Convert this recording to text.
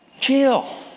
Chill